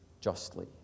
justly